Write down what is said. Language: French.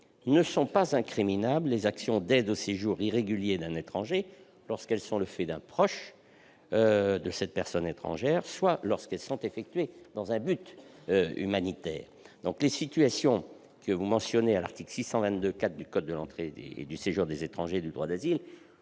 toutefois pas incriminables les actions d'aide au séjour irrégulier d'un étranger, soit lorsqu'elles sont le fait d'un proche de la personne étrangère, soit lorsqu'elles sont effectuées dans un but humanitaire. À mon sens, les situations mentionnées dans l'article L. 622-4 du code de l'entrée et du séjour des étrangers et du droit d'asile